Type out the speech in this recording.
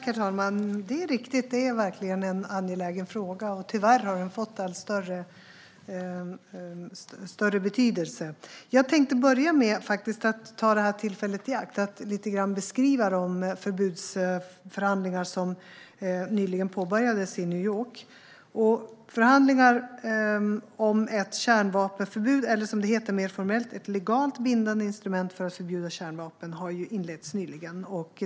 Herr talman! Det är riktigt: Detta är verkligen en angelägen fråga. Tyvärr har den fått allt större betydelse. Jag tänkte börja med att ta tillfället i akt att lite grann beskriva de förbudsförhandlingar som nyligen påbörjades i New York. Förhandlingar om ett kärnvapenförbud - eller som det heter mer formellt, ett legalt bindande instrument för att förbjuda kärnvapen - har nyligen inletts.